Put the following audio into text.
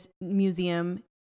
museum